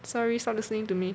sorry stop listening to me